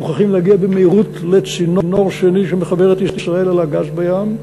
מוכרחים להגיע במהירות לצינור שני שמחבר את ישראל אל הגז בים,